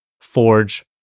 forge